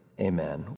Amen